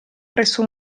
presso